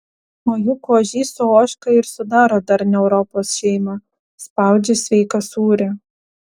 o juk ožys su ožka ir sudaro darnią europos šeimą spaudžia sveiką sūrį